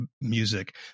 music